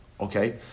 okay